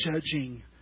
judging